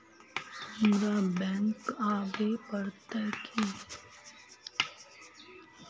हमरा बैंक आवे पड़ते की?